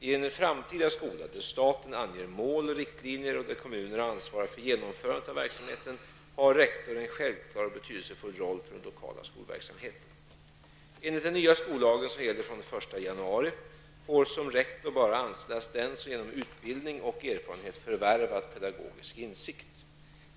I en framtida skola där staten anger mål och riktlinjer och där kommunerna ansvarar för genomförandet av verksamheten har rektor en självklar och betydelsefull roll för den lokala skolverksamheten. januari, får som rektor bara anställas den som genom utbildning och erfarenhet förvärvat pedagogisk insikt.